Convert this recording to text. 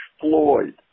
Floyd